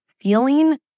feeling